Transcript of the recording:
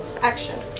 Action